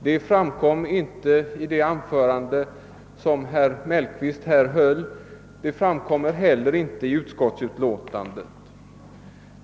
Det framgick inte av herr Mellqvists anförande, och det framgår inte heller av utskottets utlåtande.